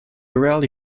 rarely